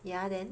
ya then